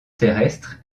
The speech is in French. terrestre